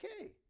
okay